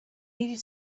needed